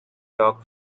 talk